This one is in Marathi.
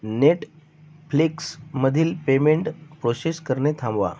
नेटफ्लिक्समधील पेमेंट प्रोसेस करणे थांबवा